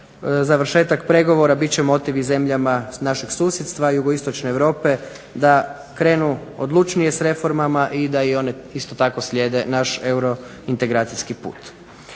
završetak pregovora bit će motiv i zemljama našeg susjedstva jugoistočne Europe da krenu odlučnije s reformama i da i one isto tako slijede naš eurointegracijski put.